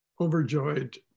overjoyed